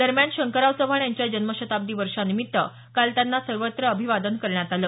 दरम्यान शंकरराव चव्हाण यांच्या जन्मशताब्दी वर्षानिमित्त काल त्यांना सर्वत्र अभिवादन करण्यात आलं